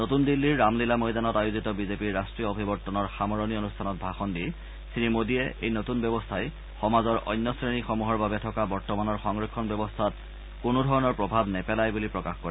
নতুন দিল্লীৰ ৰামলীলা ময়দানত আয়োজিত বিজেপিৰ ৰাষ্ট্ৰীয় অভিৱৰ্তনৰ সামৰণি অনুষ্ঠানত ভাষণ দি শ্ৰী মোদীয়ে এই নতুন ব্যৱস্থাই সমাজৰ অন্য শ্ৰেণী সমূহৰ বাবে থকা বৰ্তমানৰ সংৰক্ষণ ব্যৱস্থাত কোনো ধৰণৰ প্ৰভাৱ নেপেলায় বুলি প্ৰকাশ কৰে